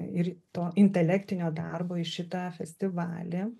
ir to intelektinio darbo į šitą festivalį